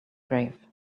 grave